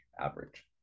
average